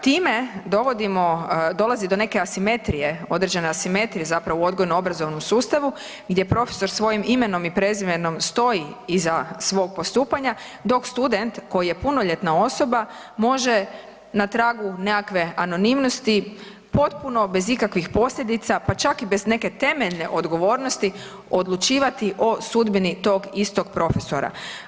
Time dovodimo, dolazi do neke asimetrije, određene asimetrije zapravo u odgojno-obrazovnom sustavu, gdje profesor svojim imenom i prezimenom stoji iza svog postupanja, dok student koji je punoljetna osoba može na tragu nekakve anonimnosti potpuno, bez ikakvih posljedica, pa čak i bez neke temeljne odgovornosti odlučivati o sudbini tog istog profesora.